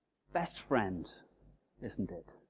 best friend isn't it,